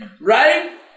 Right